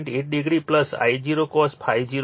8 degree I0 cos ∅0 છે